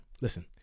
Listen